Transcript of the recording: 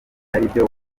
aribyo